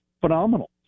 phenomenal